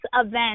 event